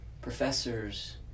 professors